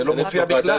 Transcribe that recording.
זה לא מופיע בהצעה.